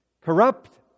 corrupt